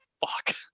fuck